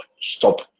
Stop